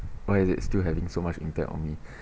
why is it still having so much impact on me